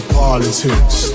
politics